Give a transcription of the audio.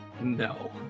No